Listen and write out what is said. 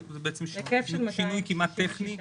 זה שינוי כמעט טכני,